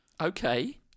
Okay